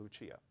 Lucia